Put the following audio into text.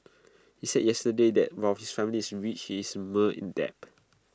he said yesterday that while his family is rich he is in debt